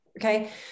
Okay